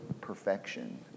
perfection